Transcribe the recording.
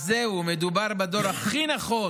אז זהו, מדובר בדור הכי נכון